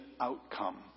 outcome